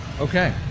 Okay